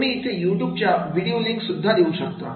तुम्ही इथे यूट्यूब च्या व्हिडीओ लिंक पण देऊ शकता